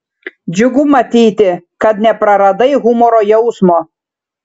džiugu matyti kad nepraradai humoro jausmo